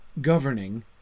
governing